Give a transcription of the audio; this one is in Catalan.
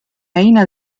eina